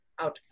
outcome